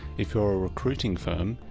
if you're a recruiting firm,